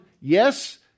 yes